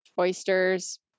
oysters